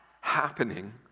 happening